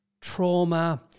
trauma